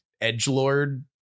edgelord